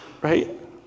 right